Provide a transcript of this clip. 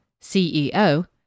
CEO